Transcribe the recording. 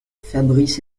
fabrice